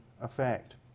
effect